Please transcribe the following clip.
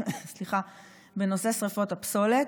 בנושא שרפות הפסולת,